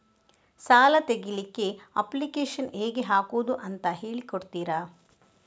ಸಾಲ ತೆಗಿಲಿಕ್ಕೆ ಅಪ್ಲಿಕೇಶನ್ ಹೇಗೆ ಹಾಕುದು ಅಂತ ಹೇಳಿಕೊಡ್ತೀರಾ?